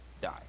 die